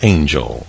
Angel